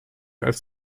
als